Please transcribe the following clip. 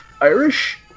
Irish